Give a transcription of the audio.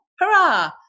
Hurrah